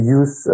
use